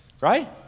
right